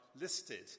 listed